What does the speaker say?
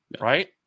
right